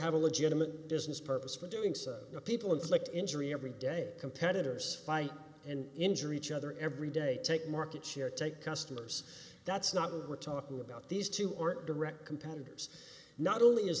have a legitimate business purpose for doing so the people inflict injury every day competitors fight and injury each other every day take market share take customers that's not what we're talking about these two or direct competitors not only is